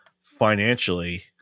financially